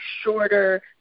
shorter –